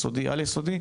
ביסודי ובעל-יסודי?